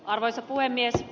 arvoisa puhemies